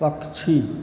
पक्षी